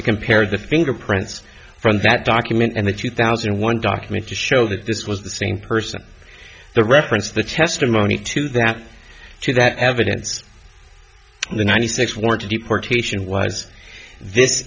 to compare the fingerprints from that document and the two thousand and one document to show that this was the same person the reference the testimony to that to that evidence the ninety six want to deportation was this